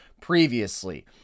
previously